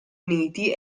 uniti